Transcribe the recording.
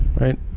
right